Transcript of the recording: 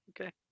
okay